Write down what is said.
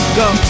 go